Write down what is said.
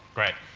great.